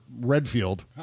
Redfield